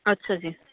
ਅੱਛਾ ਜੀ